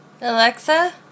Alexa